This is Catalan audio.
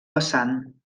vessant